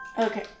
Okay